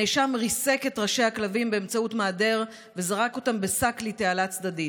הנאשם ריסק את ראשי הכלבים באמצעות מעדר וזרק אותם בשק לתעלה צדדית.